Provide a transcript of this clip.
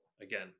again